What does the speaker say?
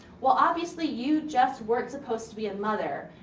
well obviously you just weren't supposed to be a mother.